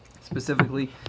specifically